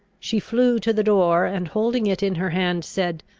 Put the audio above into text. she flew to the door, and, holding it in her hand, said,